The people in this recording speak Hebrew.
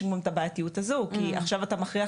יש לנו גם את הבעייתיות הזו כי עכשיו אתה מכריח